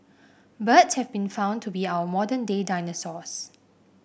birds have been found to be our modern day dinosaurs